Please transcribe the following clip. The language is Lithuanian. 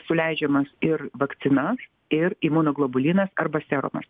suleidžiamas ir vakcinas ir imunoglobulinas arba serumas